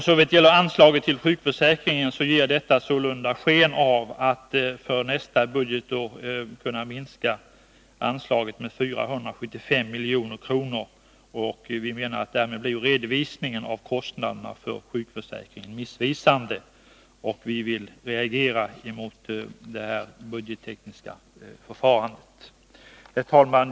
Såvitt gäller anslaget till sjukförsäkringen ger detta sålunda sken av att det för nästa budgetår är möjligt att minska anslaget med 475 milj.kr. Vi menar att därmed blir redovisningen av kostnaderna för sjukförsäkringen missvisande, och vi reagerar mot det budgettekniska förfarandet. Herr talman!